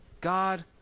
God